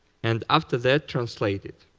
and after that, translated.